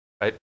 right